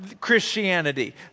Christianity